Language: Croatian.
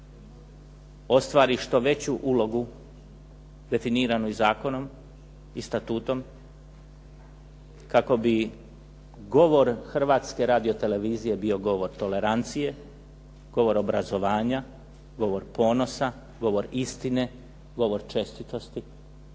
ostvari što veću ulogu definiranu i zakonom i statutom kako bi govor Hrvatske radio-televizije bio govor obrazovanja, govor ponosa, govor istine, govor čestitosti,